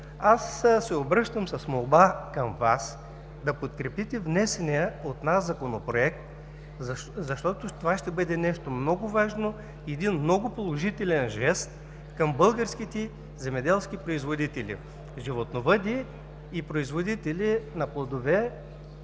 Аз се обръщам с молба към Вас да подкрепите внесения от нас Законопроект, защото това ще бъде нещо много важно, един много положителен жест към българските земеделски производители – животновъди и производители на плодове,